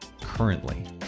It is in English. currently